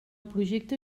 projecte